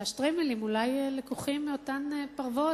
שאולי השטריימלים לקוחים מאותן פרוות